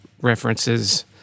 references